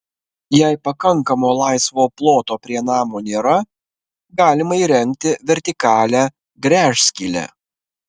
jei pakankamo laisvo ploto prie namo nėra galima įrengti vertikalią gręžskylę